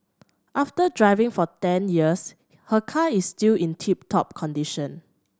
after driving for ten years her car is still in tip top condition